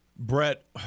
Brett